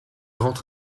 rentre